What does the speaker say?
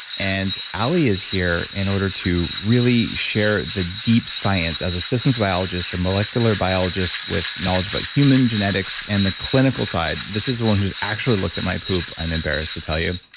and ally is here in order to really share the deep science as a systems biologist, a molecular biologist with knowledge about human genetics and the clinical side. this is the one who's actually looked at my poop i'm embarrassed to tell you.